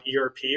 ERP